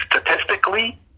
statistically